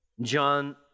John